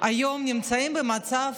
נמצאים היום,